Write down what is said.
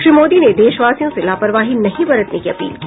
श्री मोदी ने देशवासियों से लापरवाही नहीं बरतने की अपील की